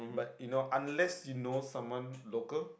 but you know unless you know someone local